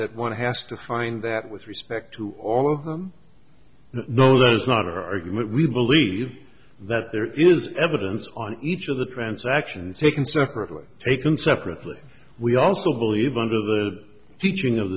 that one has to find that with respect to all of them no that's not argument we believe that there is evidence on each of the grants actions taken separately taken separately we also believe under the teaching of